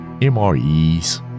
MREs